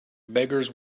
beggars